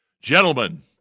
Gentlemen